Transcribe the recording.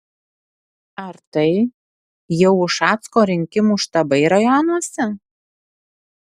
ar tai jau ušacko rinkimų štabai rajonuose